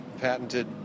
patented